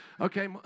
Okay